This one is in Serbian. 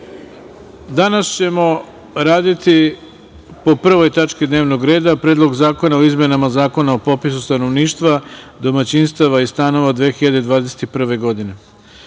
ćemo raditi po 1. tački dnevnog reda - Predlog zakona o izmenama Zakona o popisu stanovništva, domaćinstava i stanova 2021. godine. Sutra